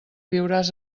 viuràs